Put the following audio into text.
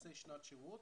שעושה שנת שירות,